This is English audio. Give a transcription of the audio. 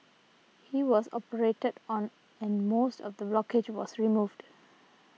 he was operated on and most of the blockage was removed